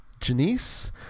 Janice